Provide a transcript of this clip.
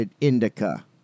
indica